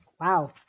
Wow